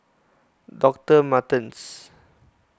Doctor Martens